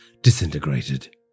disintegrated